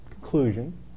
conclusion